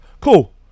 cool